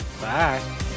Bye